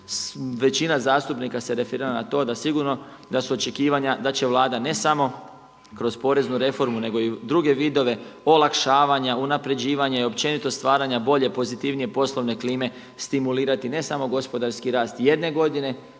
većina zastupnika se referirala na to da sigurno da su očekivanja da će Vlada ne samo kroz poreznu reformu nego i u druge vidove olakšavanja, unapređivanja i općenito stvaranja bolje pozitivnije poslovne klime stimulirati ne samo gospodarski rast jedne godine